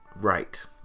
Right